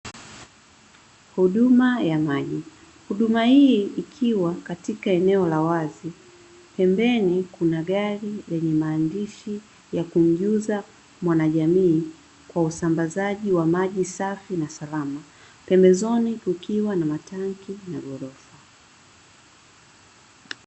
Huduma ya maji; huduma hii ikiwa katika eneo la wazi, pembeni kuna gari lenye maandishi ya kumjuza mwanajamii kwa usambazaji wa maji safi na salama. Pembezoni kukiwa na matangi na ghorofa.